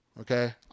Okay